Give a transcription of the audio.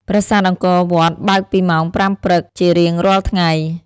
ប្រាសាទអង្គរវត្តបើកពីម៉ោង ៥ ព្រឹកជារៀងរាល់ថ្ងៃ។